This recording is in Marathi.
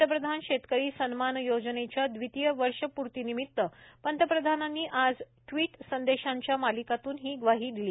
पंतप्रधान शेतकरी सन्मान योजनेच्या द्वितीय वर्ष पूर्तीनिमित्त पंतप्रधानांनी आज ट्वीट संदेशांच्या मालिकेतून ही ग्वाही दिली